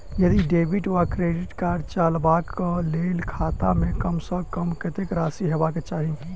यदि डेबिट वा credit card चलबाक कऽ लेल खाता मे कम सऽ कम कत्तेक राशि हेबाक चाहि?